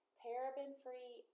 paraben-free